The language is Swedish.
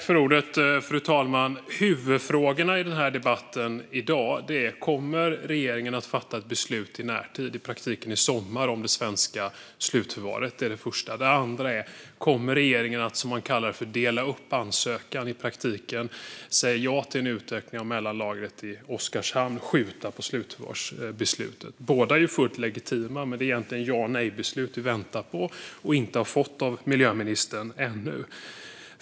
Fru talman! Huvudfrågorna i den här debatten är i dag för det första om regeringen kommer att fatta ett beslut i närtid - i praktiken i sommar - om det svenska slutförvaret och för det andra om regeringen kommer att dela upp ansökan, alltså i praktiken säga ja till en utökning av mellanlagret i Oskarshamn och skjuta på slutförvarsbeslutet. Båda är fullt legitima, men det är egentligen ja eller nejbeslut vi väntar på och ännu inte har fått av miljöministern.